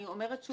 אני אומרת שוב.